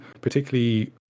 particularly